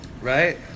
Right